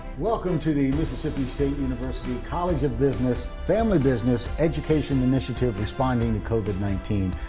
welcome to the mississippi state university, college of business, family business, education initiative responding to covid nineteen.